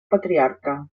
patriarca